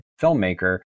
filmmaker